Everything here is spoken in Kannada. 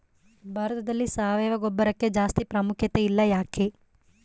ಭಾರತದಲ್ಲಿ ಸಾವಯವ ಗೊಬ್ಬರಕ್ಕೆ ಜಾಸ್ತಿ ಪ್ರಾಮುಖ್ಯತೆ ಇಲ್ಲ ಯಾಕೆ?